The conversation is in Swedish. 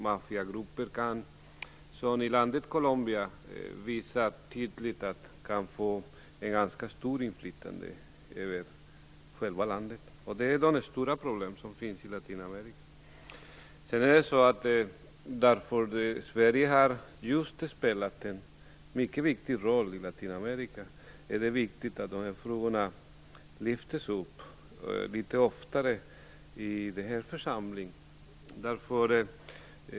Maffiagrupper kan, som tydligt visas i Colombia, få ett ganska stort inflytande. Detta är de stora problem som finns i Latinamerika. Eftersom Sverige har spelat en mycket viktig roll i Latinamerika, är det angeläget att dessa frågor lyfts upp litet oftare i den här församlingen.